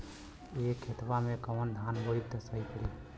ए खेतवा मे कवन धान बोइब त सही पड़ी?